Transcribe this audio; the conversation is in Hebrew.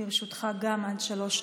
גם לרשותך עד שלוש דקות.